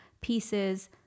pieces